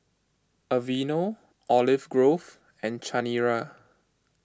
Aveeno Olive Grove and Chanira